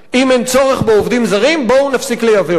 אם אין צורך בעובדים זרים, בואו נפסיק לייבא אותם.